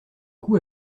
coup